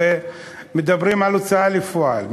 הרי מדברים על הוצאה לפועל,